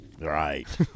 Right